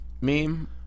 meme